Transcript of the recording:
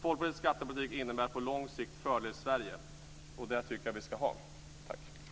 Folkpartiets skattepolitik innebär på lång sikt en fördel för Sverige, och den tycker jag att vi ska ha. Tack!